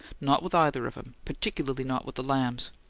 not with either of em particularly not with the lambs!